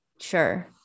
sure